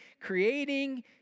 creating